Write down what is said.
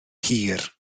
hir